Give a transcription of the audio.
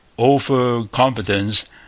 Overconfidence